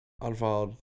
unfollowed